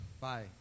Bye